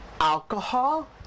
alcohol